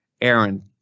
Aaron